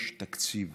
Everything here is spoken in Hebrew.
יש תקציב,